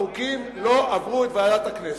החוקים לא עברו את ועדת הכנסת.